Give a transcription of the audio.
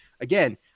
again